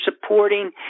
supporting